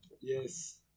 Yes